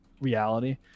reality